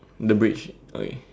the bridge way